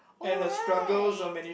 oh right